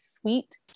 sweet